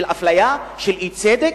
של אפליה ושל אי-צדק,